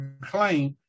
claim